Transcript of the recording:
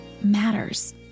matters